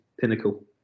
pinnacle